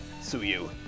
Suyu